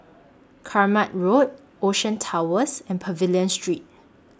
Kramat Road Ocean Towers and Pavilion Street